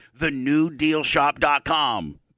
thenewdealshop.com